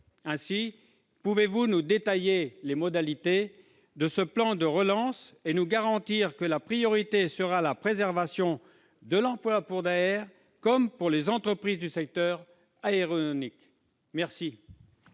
peut-il nous détailler les modalités de ce plan de relance et nous garantir que la priorité sera la préservation de l'emploi, pour Daher comme pour les autres entreprises du secteur aéronautique ? La